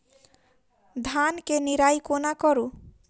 धान केँ निराई कोना करु?